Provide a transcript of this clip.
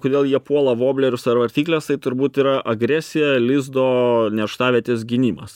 kodėl jie puola voblerius ar vartykles tai turbūt yra agresija lizdo nerštavietės gynimas